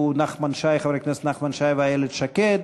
אלה היו חברי הכנסת נחמן שי ואיילת שקד.